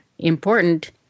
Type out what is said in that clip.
important